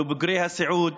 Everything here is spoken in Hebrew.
לבוגרי הסיעוד,